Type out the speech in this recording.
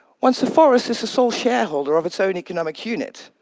once the forest is a sole shareholder of its own economic unit,